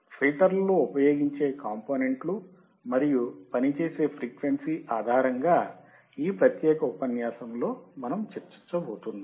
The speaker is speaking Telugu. ఫిల్టర్ల లో ఉపయోగించే కాంపొనెంట్లు మరియు పని చేసే ఫ్రీక్వెన్సీ ఆధారంగా ఈ ప్రత్యేక ఉపన్యాసంలో మనము చర్చించబోతున్నాం